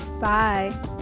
Bye